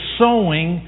sowing